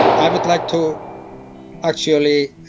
i would like to actually